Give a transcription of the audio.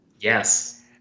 Yes